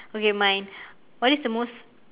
okay mine what is the most